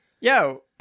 Yo